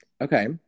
Okay